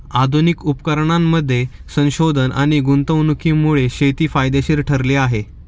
आधुनिक उपकरणांमध्ये संशोधन आणि गुंतवणुकीमुळे शेती फायदेशीर ठरली आहे